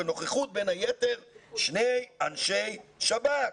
בנוכחות בין היתר שני אנשי שב"כ.